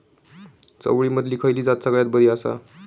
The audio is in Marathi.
चवळीमधली खयली जात सगळ्यात बरी आसा?